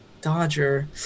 Dodger